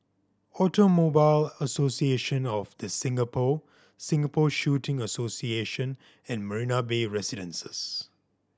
Automobile Association of The Singapore Singapore Shooting Association and Marina Bay Residences